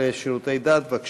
לשירותי דת, בבקשה.